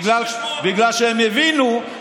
בגלל שהם הבינו,